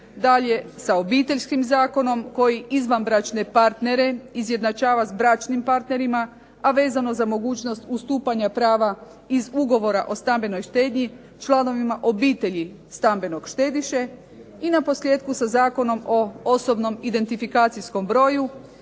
dalje sa obiteljskim zakonom koje izvanbračne partnere izjednačava sa bračnim partnerima a vezano za mogućnost ustupanja prava iz Ugovora o stambenoj štednji članovima obitelji stambenog štediše, i naposljetku sa Zakonom o osobnom identifikacijskom broju